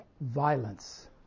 violence